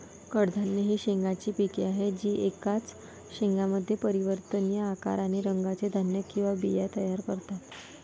कडधान्ये ही शेंगांची पिके आहेत जी एकाच शेंगामध्ये परिवर्तनीय आकार आणि रंगाचे धान्य किंवा बिया तयार करतात